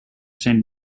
sent